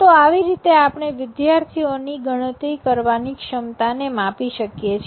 તો આવી રીતે આપણે વિદ્યાર્થીઓની ગણતરી કરવાની ક્ષમતાને માપી શકીએ છીએ